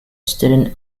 student